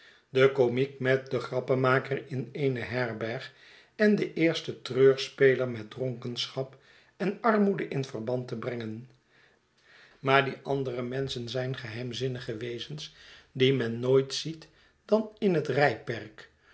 den komiek met den grappenmaker in eene herberg en den eersten treurspeler met dronkenschap en armoede in verband te brengen maar die andere menschen zijn geheimzinnige wezens die men nooit ziet dan in het